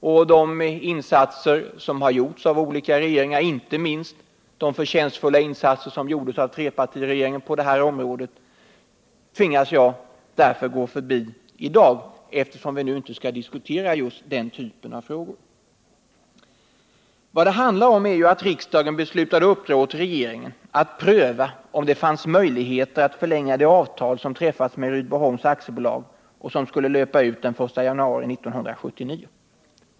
Men de insatser som har gjorts av olika regeringar, inte minst de förtjänstfulla insatser som på detta område gjordes av trepartiregeringen, tvingas jag i dag gå förbi, eftersom vi nu inte skall diskutera den typen av frågor. Vad saken handlar om är att riksdagen beslutade uppdra åt regeringen att pröva om det fanns möjligheter att förlänga det avtal som hade träffats med Rydboholms AB och som skulle löpa ut den 1 januari 1979.